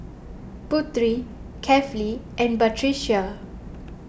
Putri Kefli and Batrisya